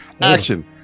action